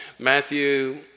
Matthew